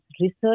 research